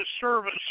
service